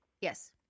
Yes